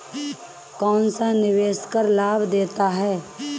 कौनसा निवेश कर लाभ देता है?